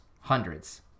Hundreds